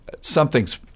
something's